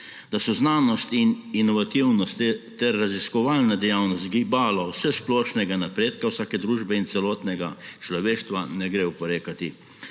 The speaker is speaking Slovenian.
Da so znanost in inovativnost ter raziskovalna dejavnost gibalo vsesplošnega napredka vsake družbe in celotnega človeštva, ne gre oporekati.